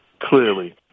Clearly